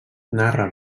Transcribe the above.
narra